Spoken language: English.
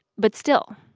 but still.